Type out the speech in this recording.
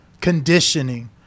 conditioning